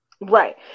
Right